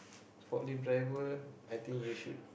forklift driver I think you should